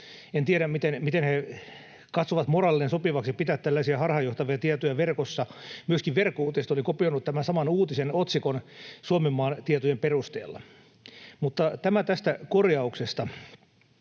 En tiedä, miten he katsovat moraalisesti sopivaksi pitää tällaisia harhaanjohtavia tietoja verkossa. Myöskin Verkkouutiset oli kopioinut tämän saman uutisen otsikon Suomenmaan tietojen perusteella. Mutta tämä tästä korjauksesta.